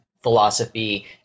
philosophy